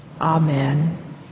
Amen